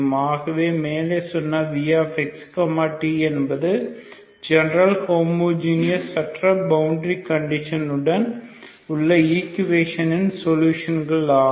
ஆகவே மேலே சொன்ன vx t என்பது ஜெனரல் ஹோமோஜீனியஸ் அற்ற பவுண்டரி கண்டிஷன் உடன் உள்ள ஈக்குவெஷனின் சொலுஷன் கள் ஆகும்